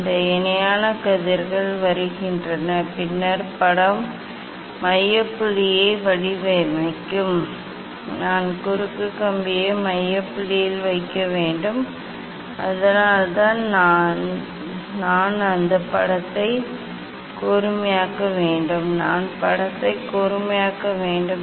இந்த இணையான கதிர்கள் வருகின்றன பின்னர் படம் மைய புள்ளியை வடிவமைக்கும் நான் குறுக்கு கம்பியை மைய புள்ளியில் வைக்க வேண்டும் அதனால்தான் நான் அந்த படத்தை கூர்மையாக்க வேண்டும் நான் படத்தை கூர்மையாக்க முடியும்